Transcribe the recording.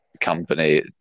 company